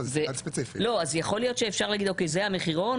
אפשר להגיד,